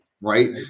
right